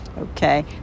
okay